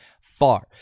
far